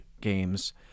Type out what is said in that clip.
games